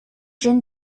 jin